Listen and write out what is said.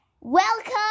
Welcome